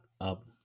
up